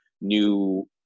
new